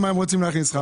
תמשיך.